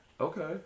Okay